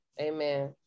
amen